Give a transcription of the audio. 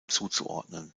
zuzuordnen